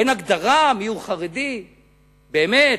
אין הגדרה מיהו חרדי באמת.